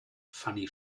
fanny